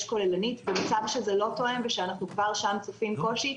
כוללנית במצב שזה לא תואם ושאנחנו כבר שם צופים קושי,